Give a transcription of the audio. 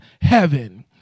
heaven